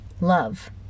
love